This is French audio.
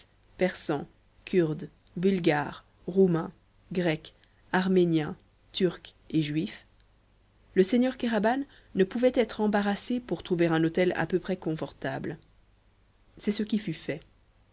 persans kurdes bulgares roumains grecs arméniens turcs et juifs le seigneur kéraban ne pouvait être embarrassé pour trouver un hôtel à peu près confortable c'est ce qui fut fait